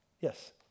yes